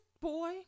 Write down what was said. boy